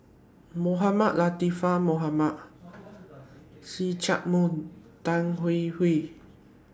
Mohamed Latiff Mohamed See Chak Mun Tan Hwee Hwee